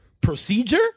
procedure